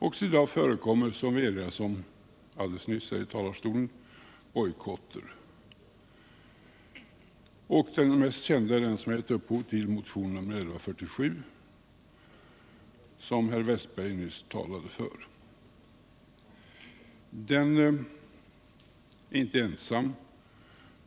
Också i dag förekommer bojkotter, som vi alldeles nyss erinrades om härifrån talarstolen. Den mest kända är den som har givit upphov till motionen 1975/76:1147, som Olle Wästberg i Stockholm nyss talade för. Men den är inte ensam.